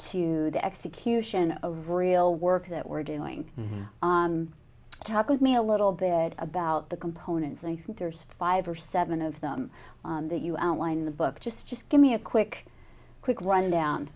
to the execution a real work that we're doing talk with me a little bit about the components and there's five or seven of them that you outline in the book just just give me a quick quick rundown